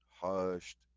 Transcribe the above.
hushed